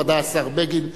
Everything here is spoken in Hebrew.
בוודאי השר בגין ישיב.